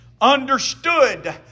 understood